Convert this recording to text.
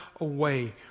away